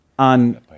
on